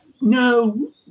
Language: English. no